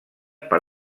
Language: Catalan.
per